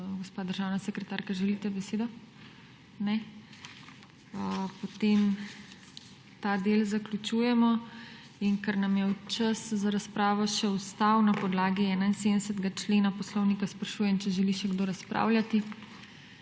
Gospa državna sekretarka, želite besedo? Ne. Potem ta del zaključujemo. Ker nam je čas za razpravo še ostal, na podlagi 71. člena Poslovnika sprašujem, ali želi še kdo razpravljati.